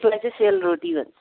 त्यसलाई चाहिँ सोलरोटी भन्छ